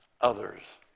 others